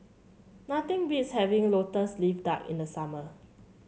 nothing beats having lotus leaf duck in the summer